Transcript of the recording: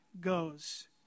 goes